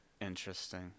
Interesting